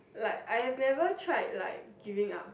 like I have never tried like giving up